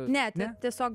ne tiesiog